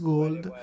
Gold